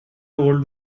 old